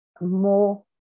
more